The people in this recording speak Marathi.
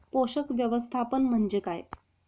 पोषक व्यवस्थापन म्हणजे काय?